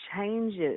changes